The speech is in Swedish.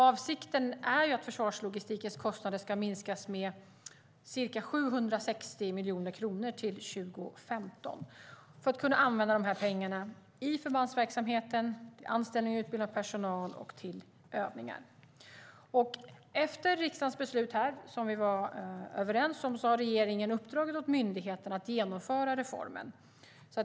Avsikten är att försvarslogistikens kostnader ska minskas med ca 760 miljoner kronor till 2015 för att man ska kunna använda dessa pengar i förbandsverksamheten, till anställning och utbildning av personal och till övningar. Efter riksdagens beslut, som vi var överens om, har regeringen uppdragit åt myndigheterna att genomföra reformen.